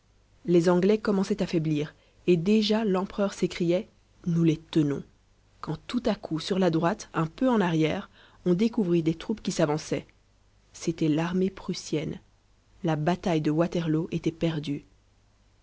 les anglais commençaient à faiblir et déjà l'empereur s'écriait nous les tenons quand tout à coup sur la droite un peu en arrière on découvrit des troupes qui s'avançaient c'était l'armée prussienne la bataille de waterloo était perdue